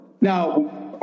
now